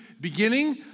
beginning